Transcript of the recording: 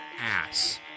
ass